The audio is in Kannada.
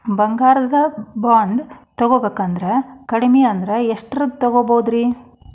ಬಂಗಾರ ಬಾಂಡ್ ತೊಗೋಬೇಕಂದ್ರ ಕಡಮಿ ಅಂದ್ರ ಎಷ್ಟರದ್ ತೊಗೊಬೋದ್ರಿ?